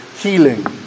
healing